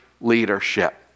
leadership